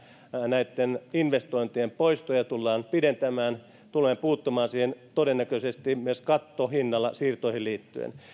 näitten investointien poistoja tullaan pidentämään tulemme puuttumaan siihen todennäköisesti myös kattohinnalla